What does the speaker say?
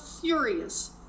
furious